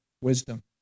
wisdom